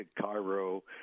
Cairo